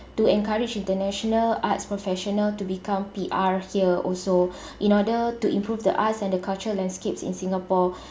to encourage international arts professional to become P_R here also in order to improve the arts and the culture landscapes in singapore